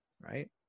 right